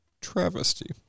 travesty